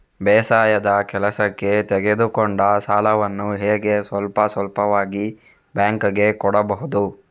ಬೇಸಾಯದ ಕೆಲಸಕ್ಕೆ ತೆಗೆದುಕೊಂಡ ಸಾಲವನ್ನು ಹೇಗೆ ಸ್ವಲ್ಪ ಸ್ವಲ್ಪವಾಗಿ ಬ್ಯಾಂಕ್ ಗೆ ಕೊಡಬಹುದು?